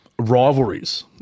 Rivalries